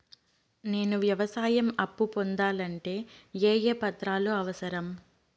నేను వ్యవసాయం అప్పు పొందాలంటే ఏ ఏ పత్రాలు అవసరం?